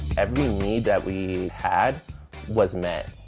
every need that we had was met.